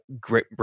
great